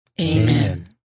Amen